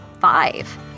five